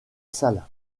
salle